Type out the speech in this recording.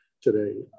today